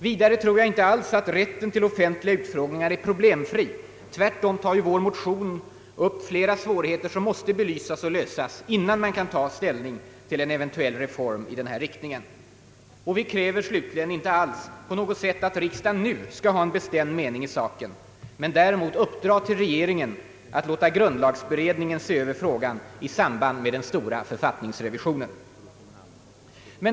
Vidare tror jag inte alls att rätten till offentliga utfrågningar är problemfri — tvärtom tar vår motion upp flera svårigheter som måste belysas och lösas innan man kan ta ställning till en eventuell reform i den här riktningen. Och vi kräver slutligen inte på något sätt att riksdagen nu skall ha en bestämd mening i saken — men däremot uppdra till regeringen att låta grundlagberedningen se över frågan i samband med den stora författningsrevisionen.